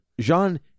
Jean